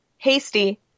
Hasty